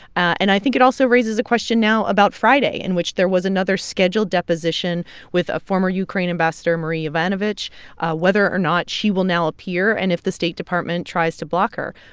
and i think it also raises a question now about friday in which there was another scheduled deposition with a former ukraine ambassador, marie yovanovitch whether or not she will now appear and if the state department tries to block her.